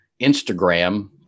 Instagram